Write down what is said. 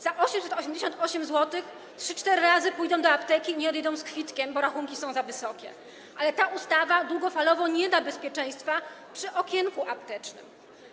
Za 888 zł trzy, cztery razy pójdą do apteki i nie odejdą z kwitkiem, bo rachunki są za wysokie, ale ta ustawa długofalowo nie da bezpieczeństwa przy okienku aptecznym.